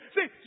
See